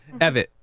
Evitt